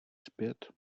zpět